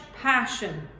passion